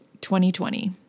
2020